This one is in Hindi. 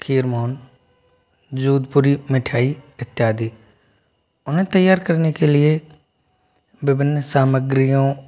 खीर मोहन जोधपुरी मिठाई इत्यादि उन्हें तैयार करने के लिए विभिन्न सामग्रियों